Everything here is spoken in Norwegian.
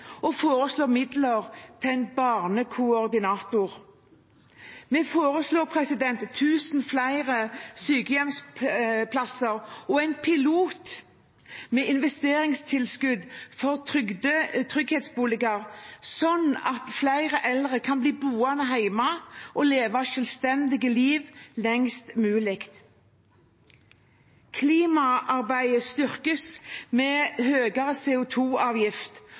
og foreslår midler til en barnekoordinator. Vi foreslår tusen flere sykehjemsplasser og en pilot med investeringstilskudd for trygghetsboliger, slik at flere eldre kan bli boende hjemme og leve et selvstendig liv lengst mulig. Klimaarbeidet styrkes med